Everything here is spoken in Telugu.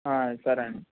సరే అండి